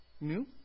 new